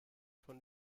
von